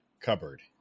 Cupboard